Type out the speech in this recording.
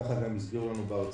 ככה גם הסבירו לנו באוצר.